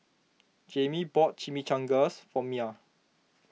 Jamey bought Chimichangas for Myah